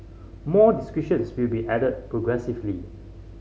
more descriptions will be added progressively